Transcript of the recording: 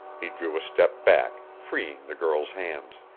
he drew a step back, freeing the girl's hands.